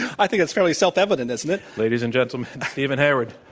i think it's fairly self evident, isn't it? ladies and gentleman, steven hayward.